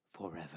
forever